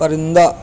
پرندہ